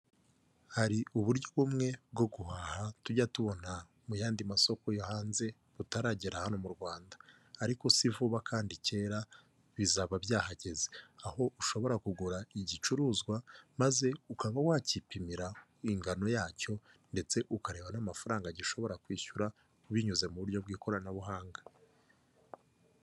Hari uburyo bumwe bwo guhaha tujya tubona mu yandi masoko yo hanze butaragera hano mu Rwanda, ariko si vuba kandi kera bizaba byahageze, aho ushobora kugura igicuruzwa maze ukaba wakipimira ingano yacyo ndetse ukareba n'amafaranga gishobora kwishyura binyuze mu buryo bw'ikoranabuhanga.